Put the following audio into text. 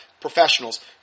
professionals